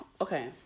okay